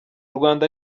rwanda